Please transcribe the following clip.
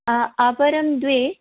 अपरं द्वे